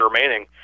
remaining